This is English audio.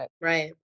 Right